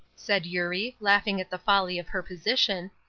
said eurie, laughing at the folly of her position,